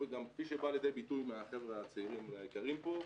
כפי שגם בא לידי ביטוי מהחבר'ה הצעירים והיקרים פה,